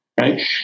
Right